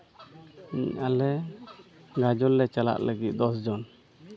ᱟᱞᱮ ᱜᱟᱡᱚᱞ ᱞᱮ ᱪᱟᱞᱟᱜ ᱞᱟᱹᱜᱤᱫ ᱫᱚᱥ ᱡᱚᱱ